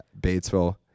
Batesville